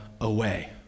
away